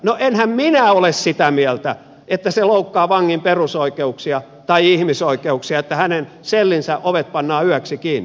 no enhän minä ole sitä mieltä että se loukkaa vangin perusoikeuksia tai ihmisoikeuksia että hänen sellinsä ovet pannaan yöksi kiinni